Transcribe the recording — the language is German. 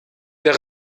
der